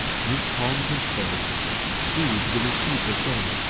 this calm'd his cares sooth'd with his future fame,